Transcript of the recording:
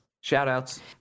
Shout-outs